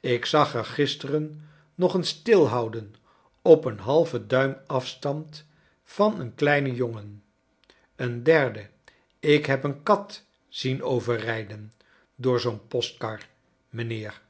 ik zag er gisteren nog een stilhouden op een halven duim afstand van een kleinen jongen een derde ik heb een kat zien overriden door zoo'n postkar mijnheer